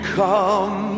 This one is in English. come